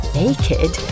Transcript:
naked